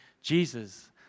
Jesus